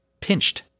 pinched